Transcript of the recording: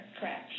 Correct